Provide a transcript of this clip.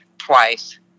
twice